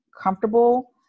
comfortable